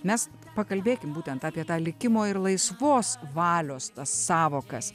mes pakalbėkim būtent apie tą likimo ir laisvos valios tas sąvokas